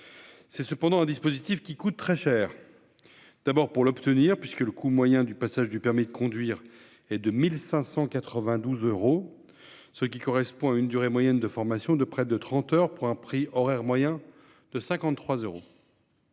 Cependant, le dispositif coûte très cher. D'abord, le coût moyen du passage du permis de conduire est de 1 592 euros, ce qui correspond à une durée moyenne de formation de près de trente heures pour un prix horaire moyen de 53 euros.